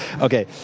Okay